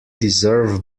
deserve